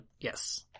Yes